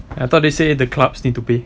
I thought they say the clubs need to pay